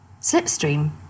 slipstream